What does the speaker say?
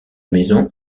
maison